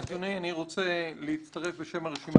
אדוני אני רוצה להצטרף בשם הרשימה